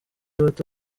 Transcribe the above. bato